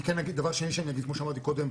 דבר שני שאני אגיד כמו שאמרתי קודם,